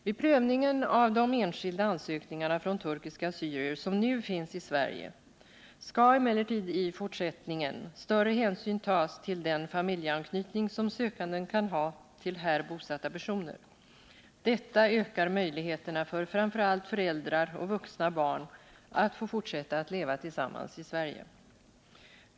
Vid prövningen av de enskilda ansökningarna från turkiska assyrier som nu finns i Sverige skall emellertid i fortsättningen större hänsyn tas till den familjeanknytning som sökanden kan ha till här bosatta personer. Detta ökar möjligheterna för framför allt föräldrar och vuxna barn att få fortsätta att leva tillsammans i Sverige.